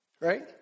right